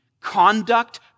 conduct